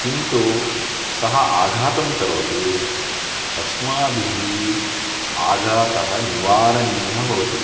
किन्तु सः आघातं करोति अस्माभिः आघातः निवारणीयः भवति